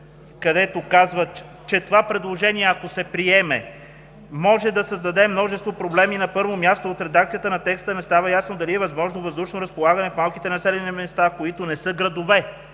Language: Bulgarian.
където се казва: „Това предложение, ако се приеме, може да създаде множество проблеми. На първо място, от редакцията на текста не става ясно дали е възможно въздушно разполагане в малките населени места, които не са градове.